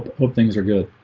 hope things are good.